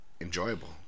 enjoyable